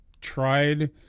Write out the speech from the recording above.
tried